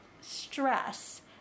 stress